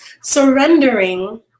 Surrendering